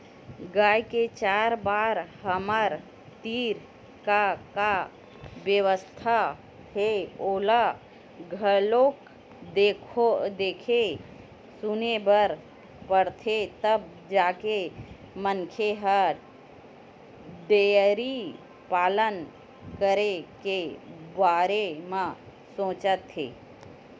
गाय के चारा बर हमर तीर का का बेवस्था हे ओला घलोक देखे सुने बर परथे तब जाके मनखे ह डेयरी पालन करे के बारे म सोचथे